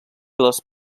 les